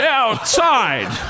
outside